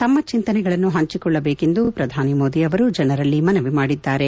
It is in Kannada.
ತಮ್ಮ ಚಿಂತನೆಗಳನ್ನು ಹಂಚಿಕೊಳ್ಳಬೇಕೆಂದು ಪ್ರಧಾನಿಮೋದಿ ಅವರು ಜನರಲ್ಲಿ ಮನವಿ ಮಾಡಿದ್ದಾರೆ